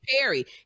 Perry